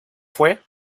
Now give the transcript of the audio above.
fue